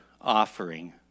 offering